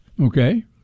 Okay